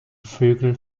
vogel